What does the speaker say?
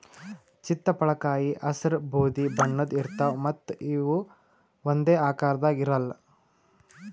ಚಿತ್ತಪಳಕಾಯಿ ಹಸ್ರ್ ಬೂದಿ ಬಣ್ಣದ್ ಇರ್ತವ್ ಮತ್ತ್ ಇವ್ ಒಂದೇ ಆಕಾರದಾಗ್ ಇರಲ್ಲ್